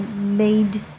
made